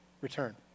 return